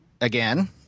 again